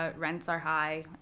ah rents are high.